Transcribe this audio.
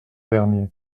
dernier